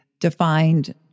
defined